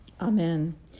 Amen